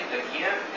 again